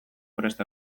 prest